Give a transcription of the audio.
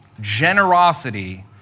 Generosity